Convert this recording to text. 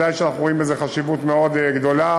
ודאי שאנחנו רואים בזה חשיבות מאוד גדולה,